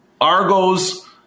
Argos